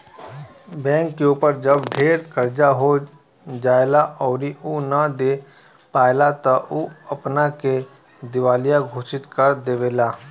bank के ऊपर जब ढेर कर्जा हो जाएला अउरी उ ना दे पाएला त उ अपना के दिवालिया घोषित कर देवेला